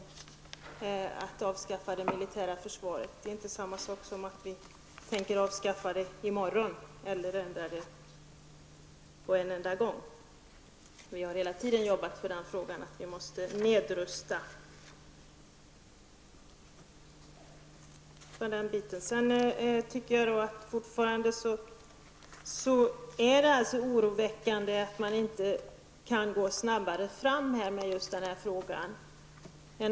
Det förslaget skall läggas fram för vår kongress. Det är inte samma sak som att vi tänker avskaffa det militära försvaret i morgon eller ändra det på en enda gång. Vi har hela tiden arbetat för att vi måste nedrusta. Jag tycker att det är oroande att man inte kan gå snabbare fram när det gäller prövningsförfarandet.